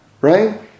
right